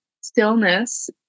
stillness